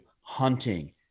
hunting